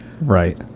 Right